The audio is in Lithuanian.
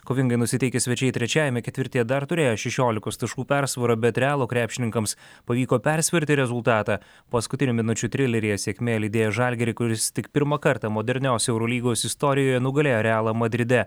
kovingai nusiteikę svečiai trečiajame ketvirtyje dar turėjo šešiolikos taškų persvarą bet realo krepšininkams pavyko persverti rezultatą paskutinių minučių trileryje sėkmė lydėjo žalgirį kuris tik pirmą kartą modernios eurolygos istorijoje nugalėjo realą madride